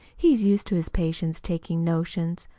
he's used to his patients taking notions.